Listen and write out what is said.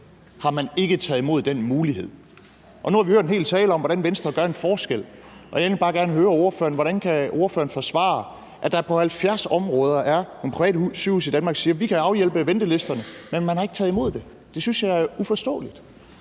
har man ikke taget imod den mulighed. Nu har vi hørt en hel tale om, hvordan Venstre gør en forskel. Jeg vil egentlig bare gerne høre ordføreren, hvordan ordføreren kan forsvare, at der på 70 områder er nogle private sygehuse i Danmark, der siger, at de kan afhjælpe ventelisterne, men at man ikke har taget imod det. Det synes jeg er uforståeligt.